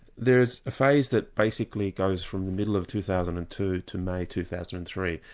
there is a phase that basically goes from the middle of two thousand and two to may, two thousand and three,